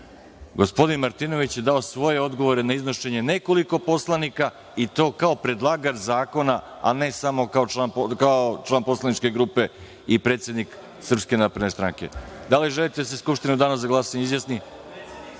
Gospodin Martinović je dao svoje odgovore na izlaganje nekoliko poslanika, i to kao predlagač zakona, a ne samo kao član poslaničke grupe i šef poslaničke grupe. Da li želite da se Skupština u danu za glasanje izjasni?